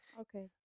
Okay